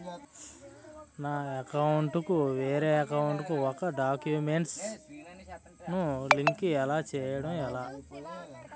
నా అకౌంట్ కు వేరే అకౌంట్ ఒక గడాక్యుమెంట్స్ ను లింక్ చేయడం ఎలా?